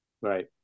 Right